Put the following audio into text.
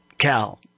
Cal